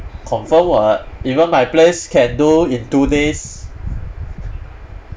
confirm [what] even my place can do in two days